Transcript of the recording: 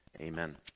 amen